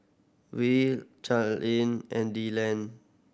will Charlene and